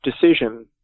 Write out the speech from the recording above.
decision